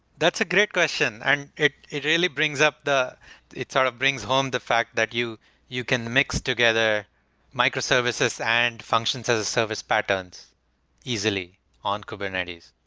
that's a great question, and it it really brings up the it sort of brings home the fact that you you can mix together microservices and functions as a service patterns easily on kubernetes.